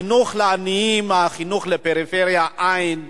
החינוך לעניים, החינוך לפריפריה, אין.